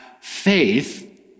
faith